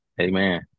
Amen